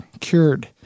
cured